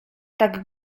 tak